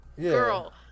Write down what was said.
girl